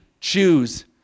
choose